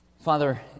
Father